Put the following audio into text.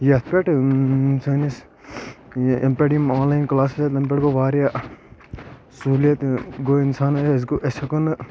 یتھ پٮ۪ٹھ سٲنس ینہٕ پٮ۪ٹھٕ یِم آن لاین کلاسِز آے تنہٕ پٮ۪ٹھٕ گوٚو واریاہ سہوٗلیت گوٚو انسان اسۍ گوٚو أسۍ ہٮ۪کو نہٕ